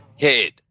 head